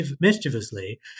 mischievously